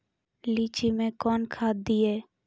लीची मैं कौन खाद दिए?